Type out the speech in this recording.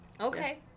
okay